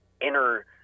inner